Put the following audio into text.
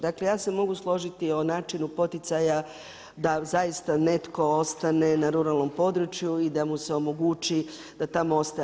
Dakle ja se mogu složiti o načinu poticaja da zaista netko ostane na ruralnom području i da mu se omogući da tamo ostane.